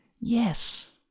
yes